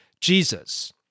Jesus